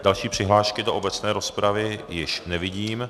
Další přihlášky do obecné rozpravy již nevidím.